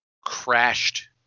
crashed